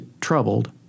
troubled